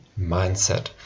mindset